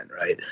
right